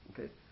okay